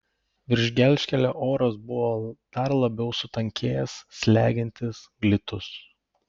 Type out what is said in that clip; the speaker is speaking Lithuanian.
virš gelžkelio oras buvo dar labiau sutankėjęs slegiantis glitus